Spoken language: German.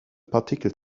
partikel